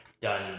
done